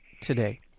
today